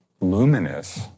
luminous